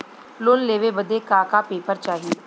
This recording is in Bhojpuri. लोन लेवे बदे का का पेपर चाही?